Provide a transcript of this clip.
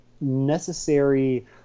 necessary